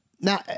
Now